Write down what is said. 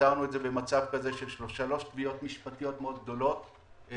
פתרנו את זה במצב כזה ששלוש תביעות משפטיות גדולות מאוד נגמרו.